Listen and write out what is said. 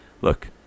look